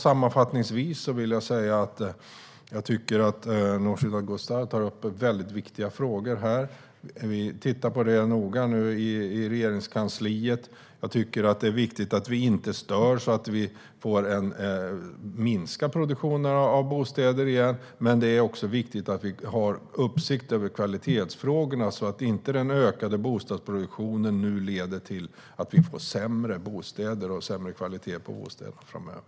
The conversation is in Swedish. Sammanfattningsvis tycker jag att Nooshi Dadgostar tar upp väldigt viktiga frågor. Vi tittar nu noga på dem i Regeringskansliet. Det är viktigt att vi inte stör så att produktionen av bostäder minskar igen. Det är också viktigt att vi har uppsikt över kvalitetsfrågorna så att den ökade bostadsproduktionen inte leder till sämre kvalitet på bostäder framöver.